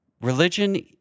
Religion